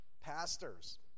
pastors